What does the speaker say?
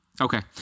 Okay